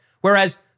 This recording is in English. Whereas